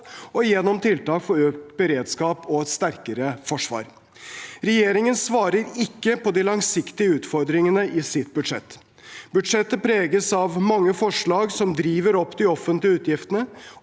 – gjennom tiltak for økt beredskap og et sterkere forsvar Regjeringen svarer ikke på de langsiktige utfordringene i sitt budsjett. Budsjettet preges av mange forslag som driver opp de offentlige utgiftene.